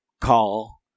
call